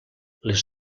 les